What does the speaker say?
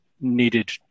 needed